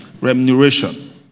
remuneration